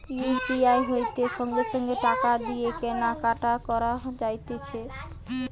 UPI হইতে সঙ্গে সঙ্গে টাকা দিয়ে কেনা কাটি করা যাতিছে